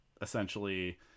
essentially